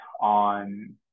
on